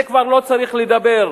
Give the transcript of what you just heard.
על זה כבר לא צריך לדבר,